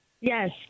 Yes